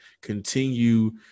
continue